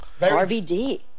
rvd